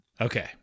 Okay